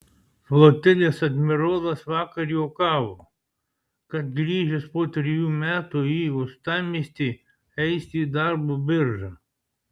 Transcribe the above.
flotilės admirolas vakar juokavo kad grįžęs po trejų metų į uostamiestį eis į darbo biržą